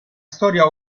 storia